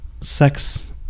sex